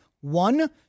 One